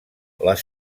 les